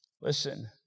listen